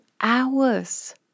hours